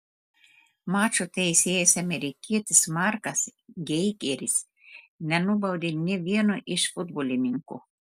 mačo teisėjas amerikietis markas geigeris nenubaudė nė vieno iš futbolininkų